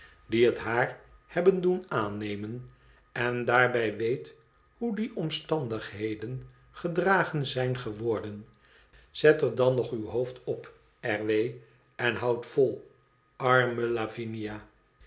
die het haar hebben doen aannemen en daarbij weet hoe die omstandigheden gedragen zijn geworden zet er dan nog uw hoofd op r w en houd vol arme lavinia